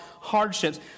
hardships